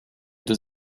deux